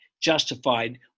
justified